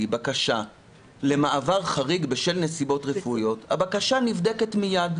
בקשה למעבר חריג בשל נסיבות רפואיות הבקשה נבדקת מיד.